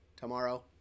tomorrow